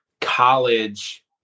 college